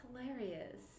hilarious